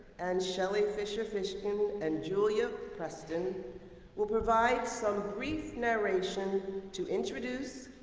and shelley fisher fishkin, and julia preston will provide some brief narration to introduce,